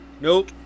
nope